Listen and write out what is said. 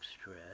stress